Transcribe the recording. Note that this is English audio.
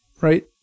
right